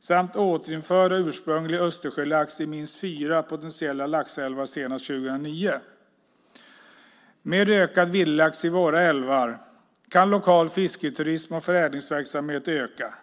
samt återinföra ursprunglig Östersjölax i minst fyra potentiella laxälvar senast 2009. Med ökad mängd vildlax i våra älvar kan lokal fisketurism och förädlingsverksamhet öka.